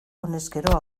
honezkero